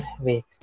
Wait